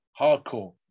hardcore